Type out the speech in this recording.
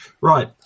Right